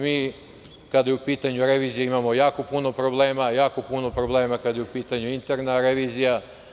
Mi kada je u pitanju revizija imamo jako puno problema, jako puno problema kada je u pitanju interna revizija.